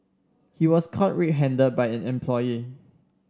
he was caught red handed by an employee